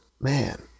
Man